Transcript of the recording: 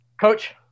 Coach